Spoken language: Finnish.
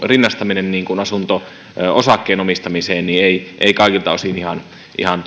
rinnastaminen asunto osakkeen omistamiseen ei ei kaikilta osin ihan ihan